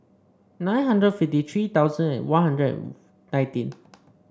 nine hundred fifty tree thousand One Hundred nineteen